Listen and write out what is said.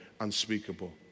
unspeakable